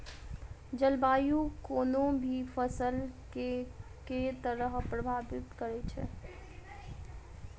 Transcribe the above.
जलवायु कोनो भी फसल केँ के तरहे प्रभावित करै छै?